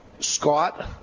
Scott